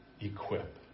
equip